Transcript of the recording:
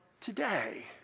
today